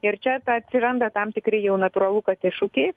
ir čia ta atsiranda tam tikri jau natūralu kad iššūkiai